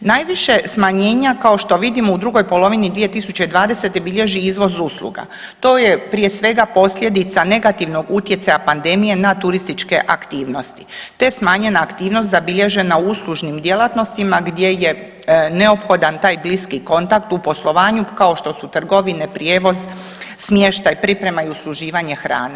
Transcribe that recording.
Najviše smanjenja kao što vidimo u drugoj polovini 2020. bilježi izvoz usluga, to je prije svega posljedica negativnog utjecaja pandemije na turističke aktivnosti te smanjena aktivnost zabilježena u uslužnim djelatnostima gdje je neophodan taj bliski kontakt u poslovanju kao što su trgovine, prijevoz, smještaj, priprema i usluživanje hrane.